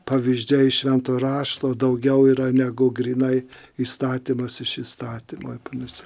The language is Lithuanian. pavyzdžiai šventojo rašto daugiau yra negu grynai įstatymas iš įstatymo ir panašiai